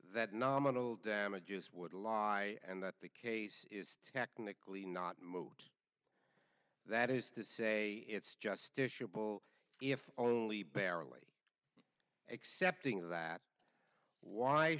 that nominal damages would lie and that the case is technically not moot that is to say it's justiciable if only barely accepting that why